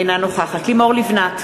אינה נוכחת לימור לבנת,